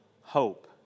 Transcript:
hope